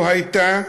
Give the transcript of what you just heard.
זו הייתה